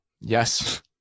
Yes